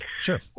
sure